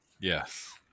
Yes